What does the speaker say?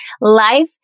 life